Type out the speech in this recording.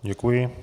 Děkuji.